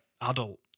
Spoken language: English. adult